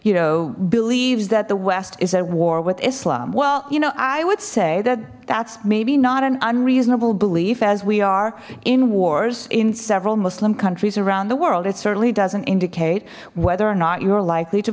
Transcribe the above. you know believes that the west is at war with islam well you know i would say that that's maybe not an unreasonable belief as we are in wars in several muslim countries around the world it certainly doesn't indicate whether or not you're likely to